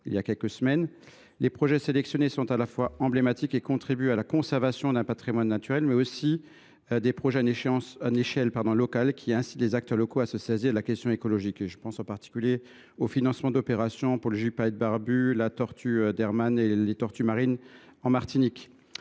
il y a quelques semaines. Les projets sélectionnés sont emblématiques et contribuent à la conservation d’un patrimoine naturel. À l’échelle locale, ils incitent les acteurs locaux à se saisir de la question écologique. Je pense en particulier au financement d’opérations pour le gypaète barbu, la tortue d’Hermann et les tortues marines en Martinique.